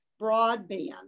broadband